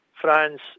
France